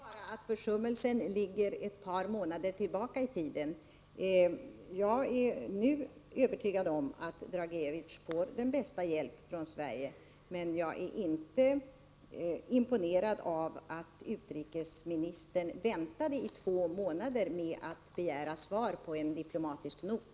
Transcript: Herr talman! Det må vara att försummelsen ligger ett par månader tillbaka itiden; jag är övertygad om att Dragicevic nu får den bästa hjälp från Sverige. Men jag är inte imponerad av att utrikesministern väntade i två månader med att begära svar på en diplomatisk not.